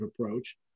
approach